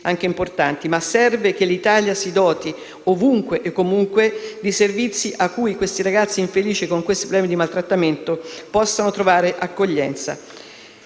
anche importanti. Serve che l'Italia si doti, ovunque e comunque, di servizi presso i quali questi ragazzi infelici, con problemi di maltrattamento, possano trovare accoglienza.